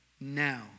now